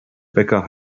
bäcker